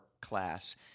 class